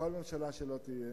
בכל ממשלה שתהיה,